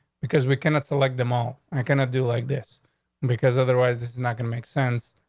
because we cannot select them all. i cannot do like this because otherwise this is not gonna make sense.